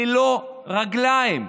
ללא רגליים.